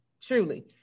truly